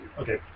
okay